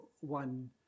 one